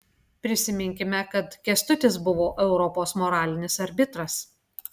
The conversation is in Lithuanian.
prisiminkime kad kęstutis buvo europos moralinis arbitras